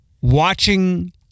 watching